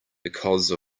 because